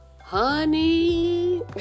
honey